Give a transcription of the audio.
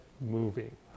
moving